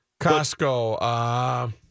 Costco